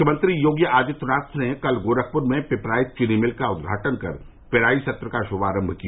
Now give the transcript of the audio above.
मुख्यमंत्री योगी आदित्यनाथ ने कल गोरखप्र में पिपराइच चीनी मिल का उद्घाटन कर पेराई सत्र का श्भारंभ किया